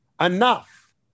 enough